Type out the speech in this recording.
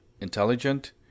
intelligent